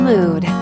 Mood